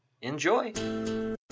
Enjoy